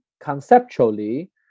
conceptually